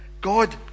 god